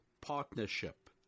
partnership